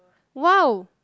!wow!